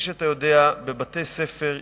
כפי שאתה יודע, בבתי-ספר יסודיים,